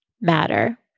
matter